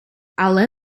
але